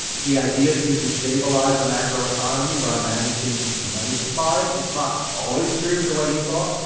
the idea that you can stabilize a macro economy by managing the money supply it's not always true the way he thought.